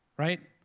right?